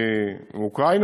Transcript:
מאוקראינה,